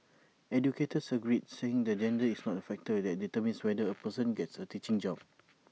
educators agreed saying that gender is not A factor that determines whether A person gets A teaching job